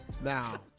Now